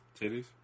Titties